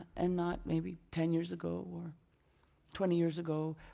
and not, maybe ten years ago or twenty years ago?